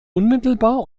unmittelbar